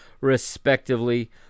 respectively